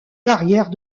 carrière